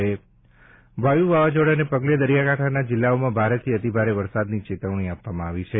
વાયુ વાવાઝોડાને પગલે દરિયાકાંઠાના જિલ્લાઓમાં ભારેથી અતિભારે વરસાદની ચેતવણી આપવામાં આવી છે